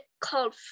called